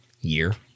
year